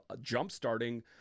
jump-starting